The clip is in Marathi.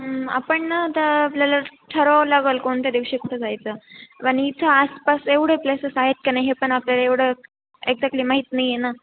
आपण ना आता आपल्याला ठरवावं लागेल कोणत्या दिवशी कुठं जायचं वनि इथं आसपास एवढे प्लेसेस आहेत की नाही हे पण आपल्याला एवढं एक्झॅक्टली माहीत नाही आहे ना